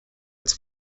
its